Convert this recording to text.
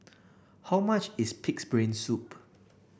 how much is pig's brain soup